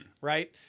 Right